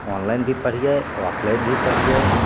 online भी पढ़िए offline भी पढ़िए